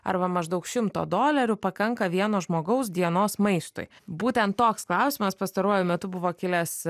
arba maždaug šimto dolerių pakanka vieno žmogaus dienos maistui būtent toks klausimas pastaruoju metu buvo kilęs